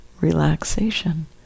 relaxation